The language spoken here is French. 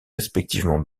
respectivement